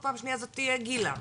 פעם שנייה זאת תהיה גילה,